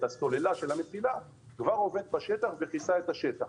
את הסוללה של המסילה כבר עובד בשטח וכיסה את השטח.